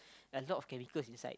a lot of chemicals inside